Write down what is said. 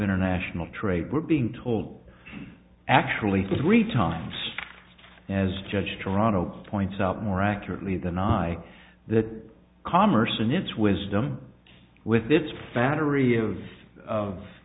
international trade we're being told actually three times as judge toronto points out more accurately than i that commerce in its wisdom with its fatter